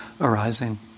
arising